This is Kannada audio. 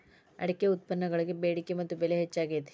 ಅಡಿಕೆ ಉತ್ಪನ್ನಗಳಿಗೆ ಬೆಡಿಕೆ ಮತ್ತ ಬೆಲೆ ಹೆಚ್ಚಾಗಿದೆ